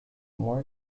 more